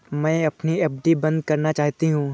मैं अपनी एफ.डी बंद करना चाहती हूँ